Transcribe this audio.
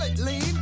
lean